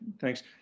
thanks